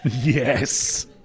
Yes